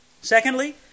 Secondly